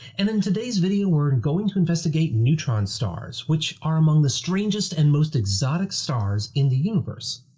and in today's video, we're and going to investigate neutron stars, which are among the strangest and most exotic stars in the universe.